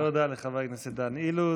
תודה לחבר הכנסת דן אילוז.